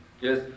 yes